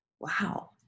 Wow